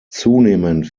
zunehmend